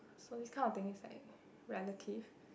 so this kind of thing is like relative